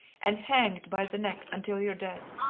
and hanged by the neck until you're dead,